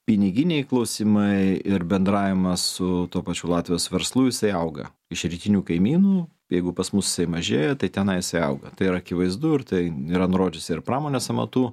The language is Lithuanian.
piniginiai klausimai ir bendravimas su tuo pačiu latvijos verslu jisai auga iš rytinių kaimynų jeigu pas mus jisai mažėja tai tenai jisai auga tai yra akivaizdu ir tai yra nurodžiusi ir pramonės amatų